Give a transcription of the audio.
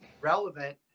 relevant